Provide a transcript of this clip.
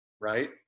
right